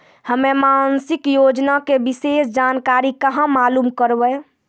हम्मे समाजिक योजना के विशेष जानकारी कहाँ मालूम करबै?